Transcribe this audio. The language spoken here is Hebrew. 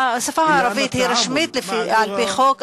השפה הערבית היא רשמית על-פי חוק,